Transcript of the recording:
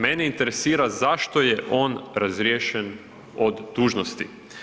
Mene interesira zašto je on razriješen dužnosti?